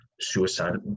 suicide